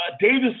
Davis